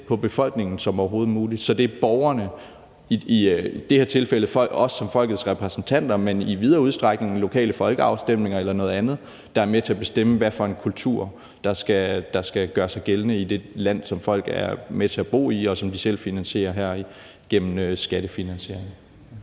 på befolkningen som overhovedet muligt, så det er borgerne – i det her tilfælde os som folkets repræsentanter, men også i videre udstrækning ved lokale folkeafstemninger eller noget andet – der er med til at bestemme, hvad for en kultur der skal gøre sig gældende i det land, som folk bor i, og hvor de selv finansierer det igennem skattefinansiering.